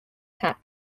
tack